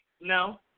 No